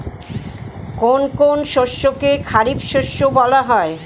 কোন কোন শস্যকে খারিফ শস্য বলা হয়?